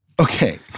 Okay